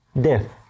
Death